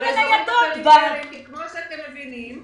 כמו שאתם מבינים,